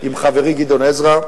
עם חברי גדעון עזרא.